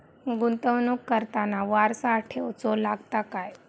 गुंतवणूक करताना वारसा ठेवचो लागता काय?